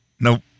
Nope